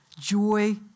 Joy